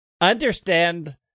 understand